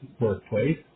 workplace